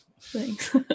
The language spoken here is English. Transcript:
Thanks